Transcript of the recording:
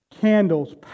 candles